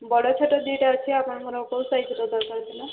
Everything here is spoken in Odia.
ବଡ଼ ଛୋଟ ଦୁଇଟା ଅଛି ଆପଣଙ୍କର କୋଉ ସାଇଜ୍ ଦରକାର ଥିଲା